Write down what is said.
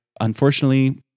unfortunately